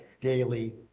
daily